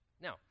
Now